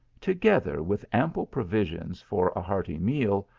together with ample provisions for a hearty meal,